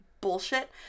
bullshit